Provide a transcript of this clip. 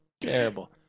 Terrible